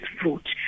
fruit